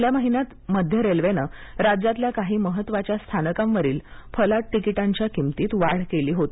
गेल्या महिन्यात मध्य रेल्वेनं राज्यातल्या काही महत्वाच्या स्थानकांवरील फलाट तिकीटांच्या किमतीत वाढ केली होती